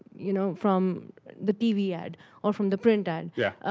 you know, from the tv ad or from the print ad? yeah.